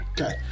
Okay